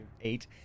eight